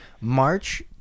march